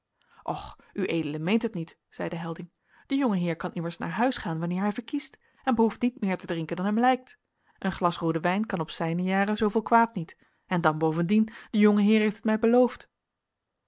och ued meent het niet zeide helding de jongeheer kan immers naar huis gaan wanneer hij verkiest en behoeft niet meer te drinken dan hem lijkt een glas roode wijn kan op zijne jaren zooveel kwaad niet en dan bovendien de jongeheer heeft het mij beloofd